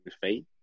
faith